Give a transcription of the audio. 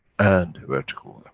and vertical